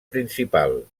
principal